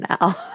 now